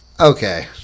okay